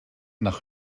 nach